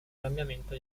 cambiamento